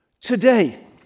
today